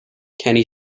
kenney